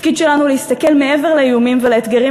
התפקיד שלנו הוא להסתכל מעבר לאיומים ולאתגרים